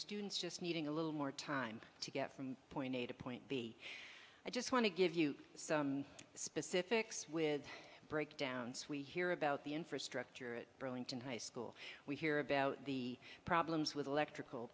students just needing a little more time to get from point a to point b i just want to give you some specifics with breakdowns we hear about the infrastructure at burlington high school we hear about the problems with electrical